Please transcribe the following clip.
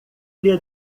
lhe